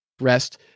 rest